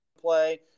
play